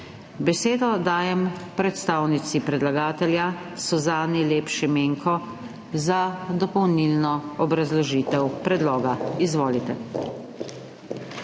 Besedo dajem predstavnici predlagatelja Suzani Lep Šimenko za dopolnilno obrazložitev predloga, **2.